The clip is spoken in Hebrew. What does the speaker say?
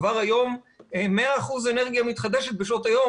כבר היום 100 אחוזים אנרגיה מתחדשת בשעות היום.